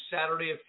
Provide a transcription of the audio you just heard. Saturday